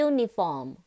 Uniform